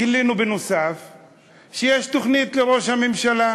גילינו גם שיש תוכנית לראש הממשלה: